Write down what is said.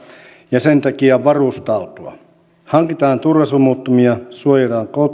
ja sen takia varustautua hankitaan turvasumuttimia suojataan